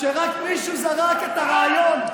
כשמישהו רק זרק את הרעיון,